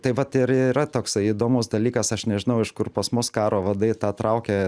tai vat ir yra toksai įdomus dalykas aš nežinau iš kur pas mus karo vadai tą traukia